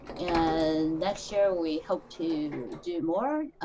and next year, we hope to do more,